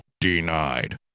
denied